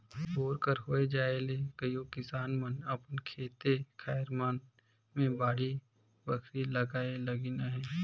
bore कर होए जाए ले कइयो किसान मन अपन खेते खाएर मन मे बाड़ी बखरी लगाए लगिन अहे